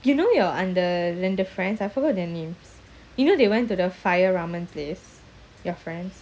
you know your அந்தரெண்டு:andha rendu friends I forgot their names you know they went to the fire ramen place your friends